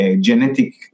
genetic